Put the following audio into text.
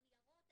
על ניירות,